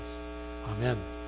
Amen